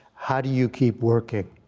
how do you keep working?